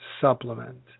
supplement